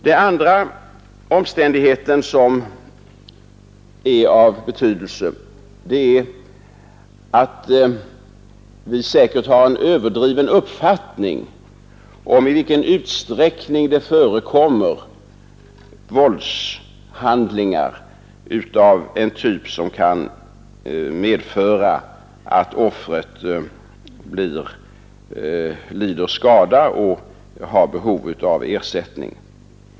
Den andra omständighet som är av betydelse är att vi säkert har en överdriven uppfattning om i vilken utsträckning det förekommer våldshandlingar av en typ som kan medföra att offret lider skada och har behov av ersättning.